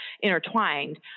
intertwined